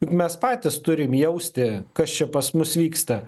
juk mes patys turim jausti kas čia pas mus vyksta